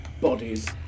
bodies